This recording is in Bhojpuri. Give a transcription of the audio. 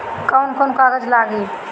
कौन कौन कागज लागी?